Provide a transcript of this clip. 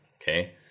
okay